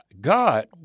God